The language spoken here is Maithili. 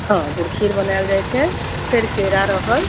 हँ गुड़खीर बनाएल जाइ छै फेर केरा रहल